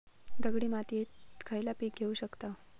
दगडी मातीत खयला पीक घेव शकताव?